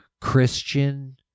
Christian